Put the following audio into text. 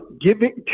giving